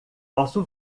posso